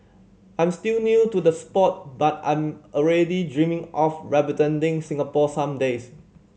I'm still new to the sport but I'm already dreaming of representing Singapore some days